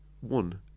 one